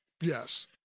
Yes